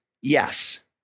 yes